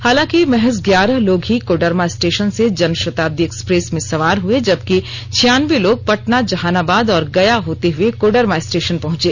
हालांकि महज ग्यारह लोग ही कोडरमा स्टेशन से जनशताब्दी एक्सप्रेस में सवार हुए जबकि छियानबे लोग पटना जहानाबाद और गया होते हुए कोडरमा स्टेशन पहुंचे